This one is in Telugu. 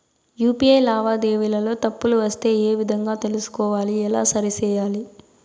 యు.పి.ఐ లావాదేవీలలో తప్పులు వస్తే ఏ విధంగా తెలుసుకోవాలి? ఎలా సరిసేయాలి?